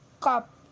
cup